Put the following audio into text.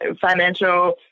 financial